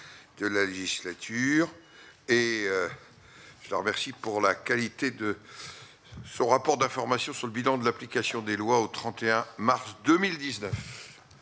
de la législature et je le remercie pour la qualité de son rapport d'information sur le bilan de l'application des lois au 31 mars 2019,